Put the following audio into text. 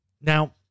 now